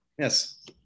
Yes